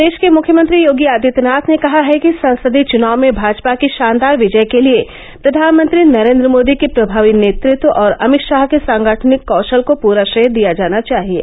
प्रदेष के मुख्यमंत्री योगी आदित्यनाथ ने कहा है कि संसदीय चुनाव में भाजपा की षानदार विजय के लिये प्रधानमंत्री नरेन्द्र मोदी के प्रभावी नेतृत्व और अमित षाह के सांगठनिक कौषल को पूरा श्रेय दिया जाना चाहिये